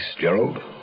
Gerald